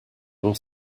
your